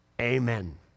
amen